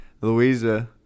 Louisa